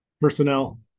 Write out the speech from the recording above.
personnel